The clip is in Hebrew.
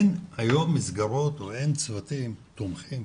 היום אין מסגרות ואין צוותים תומכים,